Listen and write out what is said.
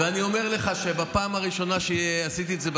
ואני אומר לך שבפעם הראשונה שעשיתי את זה,